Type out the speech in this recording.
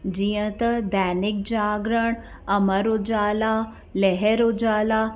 जीअं त दैनिक जागरण अमर उजाला लहर उजाला